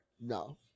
No